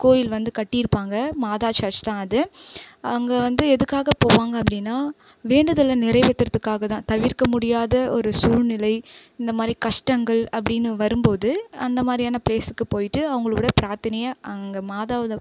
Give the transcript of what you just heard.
கோவில் வந்துக் கட்டிருப்பாங்க மாதா ஷர்ச் தான் அது அங்கே வந்து எதுக்காகப் போவாங்க அப்படின்னா வேண்டுதலை நிறைவேத்துறதுக்காக தான் தவிர்க்க முடியாத ஒரு சூழ்நிலை இந்தமாதிரி கஷ்டங்கள் அப்படின்னு வரும் போது அந்தமாதிரியான பிளேஸ்க்குப் போயிட்டு அவங்களோடப் பிராத்தனயை அங்கே மாதாவுத